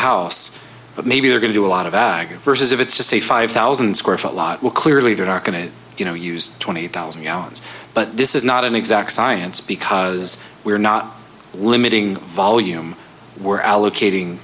house but maybe they're going to do a lot of ag versus if it's just a five thousand square foot lot will clearly that are going to you know use twenty thousand gallons but this is not an exact science because we're not limiting volume we're allocating